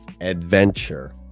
adventure